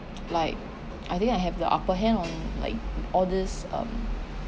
like I think I have the upper hand on like all this um